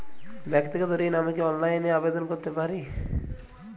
ব্যাক্তিগত ঋণ আমি কি অনলাইন এ আবেদন করতে পারি?